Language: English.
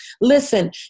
Listen